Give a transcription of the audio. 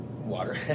water